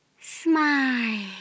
Smile